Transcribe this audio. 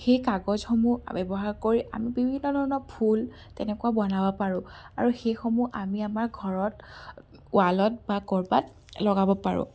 সেই কাগজসমূহ ব্যৱহাৰ কৰি আমি বিভিন্ন ধৰণৰ ফুল তেনেকুৱা বনাব পাৰোঁ আৰু সেইসমূহ আমি আমাৰ ঘৰত ৱালত বা ক'ৰবাত লগাব পাৰোঁ